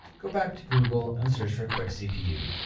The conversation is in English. go back to google and search for quick cpu,